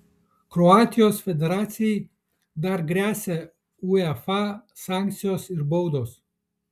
kroatijos federacijai dar gresia uefa sankcijos ir baudos